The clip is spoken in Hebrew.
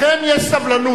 לכם יש סבלנות,